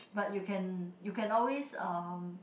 but you can you can always uh